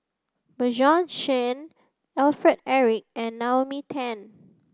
Bjorn Shen Alfred Eric and Naomi Tan